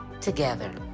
Together